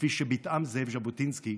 כפי שביטאה זאב ז'בוטינסקי,